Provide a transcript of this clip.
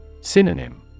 Synonym